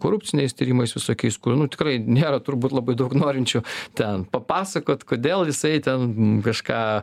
korupciniais tyrimais visokiais kur nu tikrai nėra turbūt labai daug norinčių ten papasakot kodėl jisai ten kažką